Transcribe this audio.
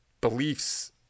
beliefs